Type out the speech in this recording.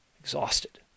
exhausted